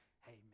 Hey